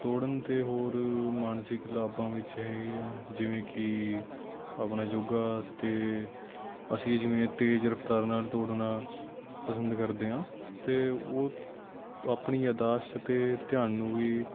ਦੌੜਨ ਅਤੇ ਹੋਰ ਮਾਨਸਿਕ ਲਾਭਾਂ ਵਿੱਚ ਹੈਗੇ ਆ ਜਿਵੇਂ ਕਿ ਆਪਣਾ ਯੋਗਾ ਅਤੇ ਅਸੀਂ ਜਿਵੇਂ ਤੇਜ਼ ਰਫ਼ਤਾਰ ਨਾਲ ਦੌੜਨਾ ਪਸੰਦ ਕਰਦੇ ਹਾਂ ਅਤੇ ਉਹ ਆਪਣੀ ਯਾਦਾਸ਼ਤ ਅਤੇ ਧਿਆਨ ਨੂੰ ਵੀ